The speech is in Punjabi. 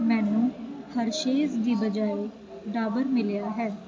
ਮੈਨੂੰ ਹਰਸ਼ੇਸ ਦੀ ਬਜਾਏ ਡਾਬਰ ਮਿਲਿਆ ਹੈ